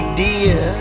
dear